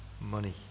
money